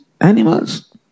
Animals